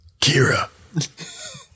Kira